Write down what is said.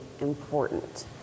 important